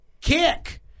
kick